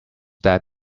that